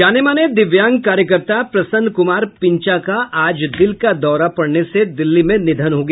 जाने माने दिव्यांग कार्यकर्ता प्रसन्न कुमार पिंचा का आज दिल का दौरा पड़ने से दिल्ली में निधन हो गया